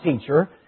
teacher